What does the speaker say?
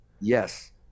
Yes